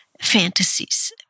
fantasies